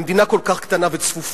במדינה כל כך קטנה וצפופה,